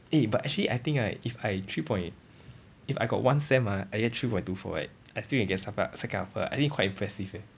eh but actually I think right if I three point if I got one sem ah I get three point two four right I still can get second second upper I think quite impressive eh